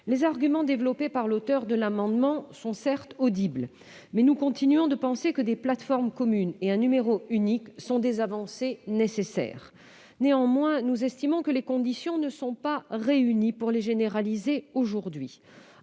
Les arguments développés par l'auteur de l'amendement sont audibles, mais nous continuons de penser que des plateformes communes et un numéro unique sont des avancées nécessaires. Néanmoins, nous estimons que les conditions ne sont pas réunies pour les généraliser aujourd'hui.